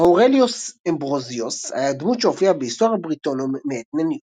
אאורליוס אמברוזיוס היה דמות שהופיעה ב"היסטוריה בריטונום" מאת נניוס.